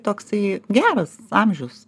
toksai geras amžius